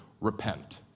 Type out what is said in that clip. repent